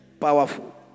Powerful